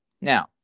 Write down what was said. Now